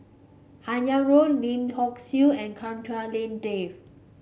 Han Yong Road Lim Hock Siew and Chua Hak Lien Dave